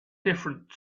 different